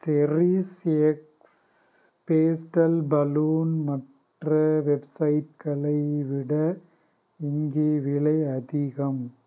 செரிஷ்எக்ஸ் pastel balloon மற்ற வெப்சைட்களை விட இங்கே விலை அதிகம்